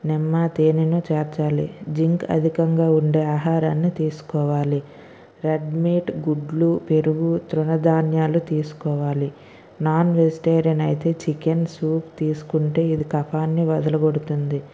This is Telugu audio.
నిమ్మ తేనెను చేర్చాలి జింక్ అధికంగా ఉండే ఆహారాన్ని తీసుకోవాలి బ్రెడ్ మీట్ గుడ్లు పెరుగు దృణ ధాన్యాలు తీసుకోవాలి నాన్ వెజిటేరియన్ అయితే చికెన్ సూప్ తీసుకుంటే ఇది కఫాన్ని వదలగొడుతుంది